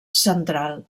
central